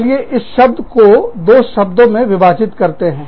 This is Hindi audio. चलिए इस शब्द को दो शब्दों में विभाजित करते है